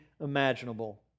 imaginable